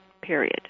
period